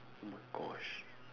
oh my gosh